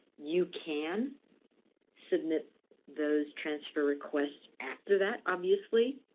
you can submit those transfer requests after that obviously.